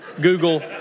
Google